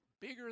bigger